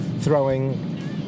throwing